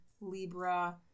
Libra